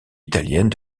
italienne